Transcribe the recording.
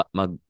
mag